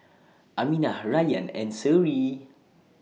Aminah Rayyan and Seri